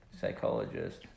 psychologist